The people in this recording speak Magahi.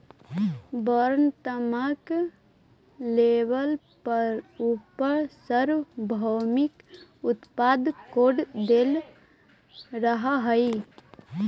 वर्णात्मक लेबल पर उपर सार्वभौमिक उत्पाद कोड देल रहअ हई